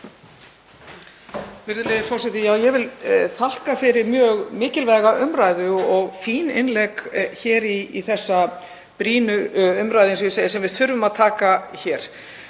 Virðulegi forseti. Ég vil þakka fyrir mjög mikilvæga umræðu og fín innlegg í þessa brýnu umræðu sem við þurfum að taka hér.